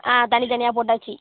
ஆ தனித்தனியாக போட்டாச்சு